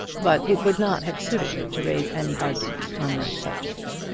but it would not have suited her to raise any argument on that subject.